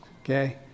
okay